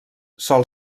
sol